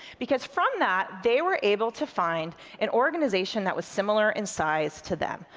because from that they were able to find an organization that was similar in size to them,